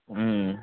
ம்